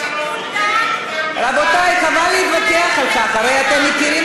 אבל האם זה שיקול